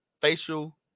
facial